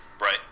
Right